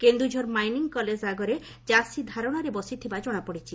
କେନ୍ ଝର mining college ଆଗରେ ଚାଷୀ ଧାରଣାରେ ବସିଥିବା ଜଣାପଡ଼ିଛି